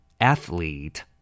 athlete